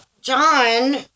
John